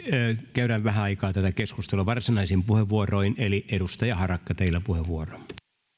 käydään vähän aikaa tätä keskustelua varsinaisin puheenvuoroin eli edustaja harakka teillä puheenvuoro